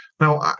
Now